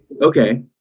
Okay